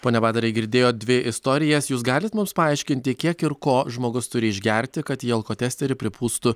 pone badarai girdėjot dvi istorijas jūs galit mums paaiškinti kiek ir ko žmogus turi išgerti kad į alkotesterį pripūstų